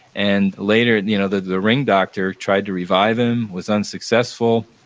and later, you know the the ring doctor tried to revive him, was unsuccessful.